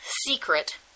secret